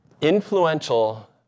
influential